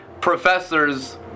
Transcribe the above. professors